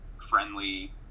friendly